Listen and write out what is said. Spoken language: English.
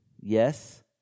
yes